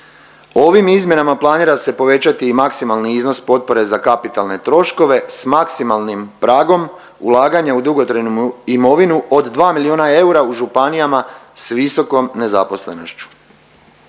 Ovim izmjenama planira se povećati i maksimalni iznos potpore za kapitalne troškove sa maksimalnim pragom ulaganja u dugotrajnu imovinu od dva milijuna eura u županijama sa visokom nezaposlenošću.